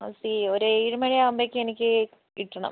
I see ഒരു ഏഴ് മണിയാകുമ്പോഴത്തേക്കും എനിക്ക് കിട്ടണം